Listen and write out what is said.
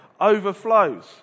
overflows